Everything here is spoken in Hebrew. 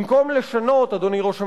במקום לשנות, אדוני ראש הממשלה,